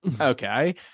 Okay